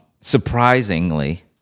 surprisingly